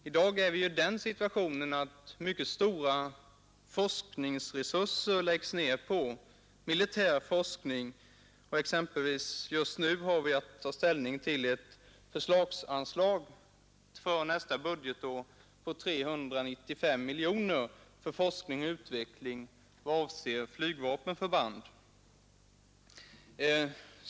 I dag är vi ju i den situationen att mycket stora forskningsresurser läggs ner på militär forskning, och exempelvis just nu har vi att ta ställning till ett förslagsanslag för nästa budgetår på 395 miljoner kronor för forskning och utveckling vad avser flygvapenförband.